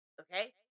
okay